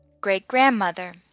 great-grandmother